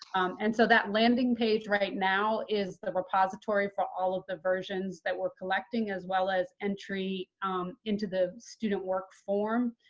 um and so that landing page right now is the repository for all of the versions that we're collecting, as well as entry into the student work form.